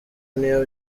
n’iyo